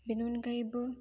बेनि अनगायैबो